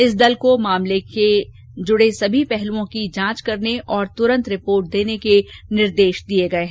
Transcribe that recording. इस दल को इस मामले से जुड़े सभी पहलुओं की जांच करने और तुरंत रिपोर्ट देने के निर्देश दिए गए हैं